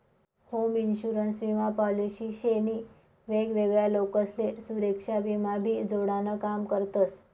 home insurance विमा policy शे नी वेगवेगळा लोकसले सुरेक्षा विमा शी जोडान काम करतस